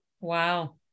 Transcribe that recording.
Wow